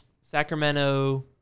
sacramento